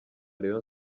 rayon